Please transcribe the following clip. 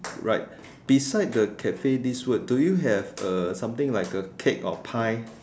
right beside the cafe this word do you have a something like a cake or pie